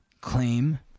claim